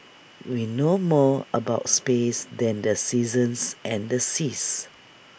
we know more about space than the seasons and the seas